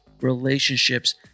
relationships